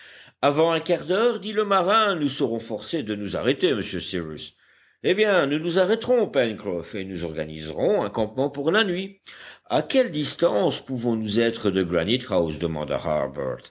avant un quart d'heure dit le marin nous serons forcés de nous arrêter monsieur cyrus eh bien nous nous arrêterons pencroff et nous organiserons un campement pour la nuit à quelle distance pouvons-nous être de granite house demanda